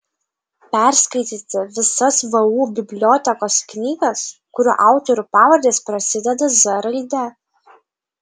perskaityti visas vu bibliotekos knygas kurių autorių pavardės prasideda z raide